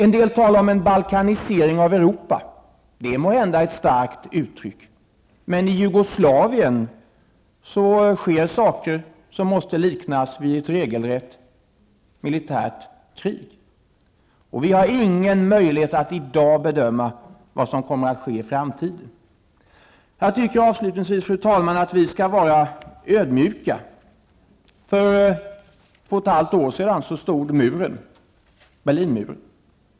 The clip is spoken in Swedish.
En del talar om en balkanisering av Europa. Detta är måhända ett starkt uttryck, men i Jugoslavien sker saker som måste liknas vid ett regelrätt militärt krig, och vi har ingen möjlighet att i dag bedöma vad som kommer att ske i framtiden. Fru talman! Avslutningsvis vill jag säga att jag tycker att vi skall vara ödmjuka. För två och ett halvt år sedan stod Berlin-muren.